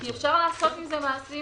כן, כי אפשר לעשות עם זה דברים לא ראויים.